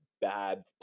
bad